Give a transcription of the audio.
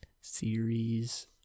series